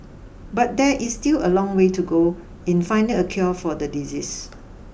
but there is still a long way to go in finding a cure for the disease